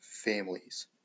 families